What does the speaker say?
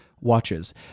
watches